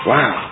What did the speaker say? Wow